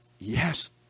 Yes